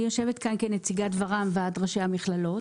אני יושבת כאן כנציגת ור"מ ועד ראשי המכללות.